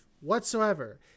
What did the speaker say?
whatsoever